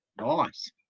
Nice